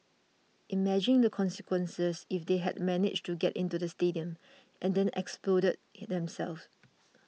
imagine the consequences if they had managed to get into the stadium and then exploded themselves